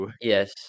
Yes